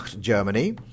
Germany